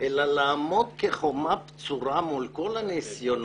אלא לעמוד כחומה בצורה מול כל הניסיונות